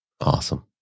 Awesome